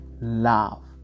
love